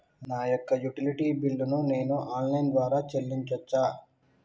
నా యొక్క utility bill ను నేను ఆన్ లైన్ ద్వారా చెల్లించొచ్చా?